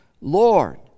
Lord